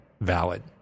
valid